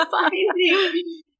Finding